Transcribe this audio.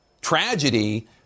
tragedy